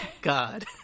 god